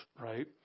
Right